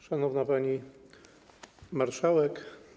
Szanowna Pani Marszałek!